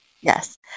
Yes